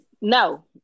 No